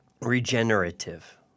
regenerative